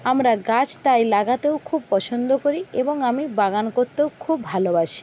আমরা গাছ তাই লাগাতেও খুব পছন্দ করি এবং আমি বাগান করতেও খুব ভালোবাসি